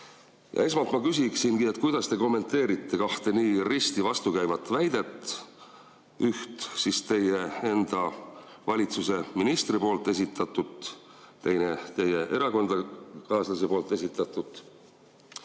Esmalt ma küsiksingi, kuidas te kommenteerite kahte nii risti vastukäivat väidet – üht teie enda valitsuse ministri esitatut, teist teie erakonnakaaslase esitatut.